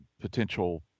potential